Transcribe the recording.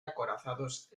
acorazados